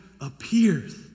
appears